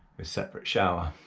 with separate shower,